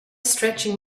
stretching